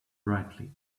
brightly